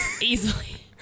easily